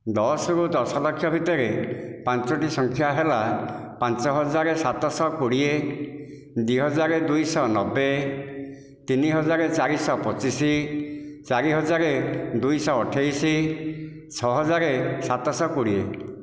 ଦଶରୁ ଦଶଲକ୍ଷ ଭିତରେ ପାଞ୍ଚୋଟି ସଂଖ୍ୟା ହେଲା ପାଞ୍ଚ ହଜାର ସାତଶହ କୋଡ଼ିଏ ଦୁଇ ହଜାର ଦୁଇଶହ ନବେ ତିନି ହଜାର ଚାରିଶହ ପଚିଶି ଚାରି ହଜାର ଦୁଇ ଶହ ଅଠେଇଶ ଛଅହଜାର ସାତଶହ କୋଡ଼ିଏ